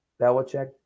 Belichick